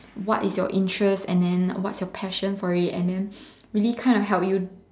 what is your interests and then what is your passion for it and then really kind of help you